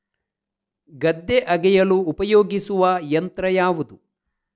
ಗದ್ದೆ ಅಗೆಯಲು ಉಪಯೋಗಿಸುವ ಯಂತ್ರ ಯಾವುದು?